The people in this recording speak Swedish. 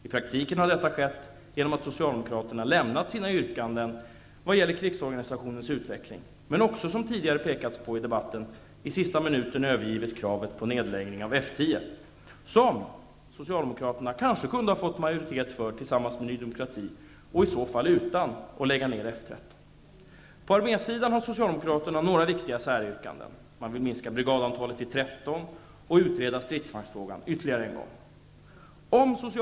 I praktiken har detta skett genom att Socialdemokraterna övergivit sina yrkanden vad gäller krigsorganisationens utveckling men också, som tidigare påpekats, i sista minuten övergivit kravet på nedläggning av F 10, som socialdemokraterna kunde ha fått majoritet för tillsammans med Ny demokrati, i så fall utan att behöva lägga ner F 13. På armésidan har Socialdemokraterna några viktiga säryrkanden. Man vill minska brigadantalet till 13 och utreda stridsvagnsfrågan ytterligare en gång.